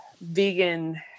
vegan